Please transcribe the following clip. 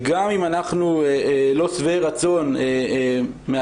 גם אם אנחנו לא שבעי רצון מהתהליך,